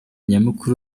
nyamukuru